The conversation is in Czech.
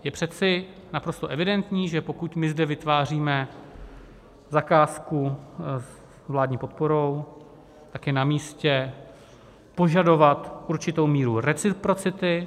Je přece naprosto evidentní, že pokud my zde vytváříme zakázku s vládním podporou, je namístě požadovat určitou míru reciprocity.